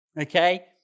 okay